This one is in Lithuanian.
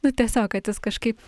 nu tiesiog kad jis kažkaip